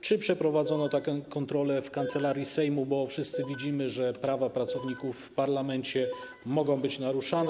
Czy przeprowadzono taką kontrolę w Kancelarii Sejmu, bo wszyscy widzimy, że prawa pracowników w parlamencie mogą być naruszane.